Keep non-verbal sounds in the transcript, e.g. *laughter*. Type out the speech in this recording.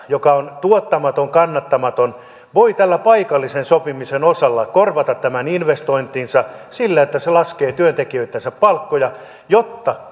joka on tuottamaton kannattamaton voi paikallisen sopimisen osalla korvata tämän investointinsa sillä että se laskee työntekijöittensä palkkoja jotta *unintelligible*